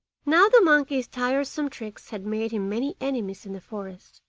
now the monkey's tiresome tricks had made him many enemies in the forest,